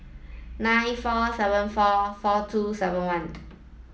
nine four seven four four two seven one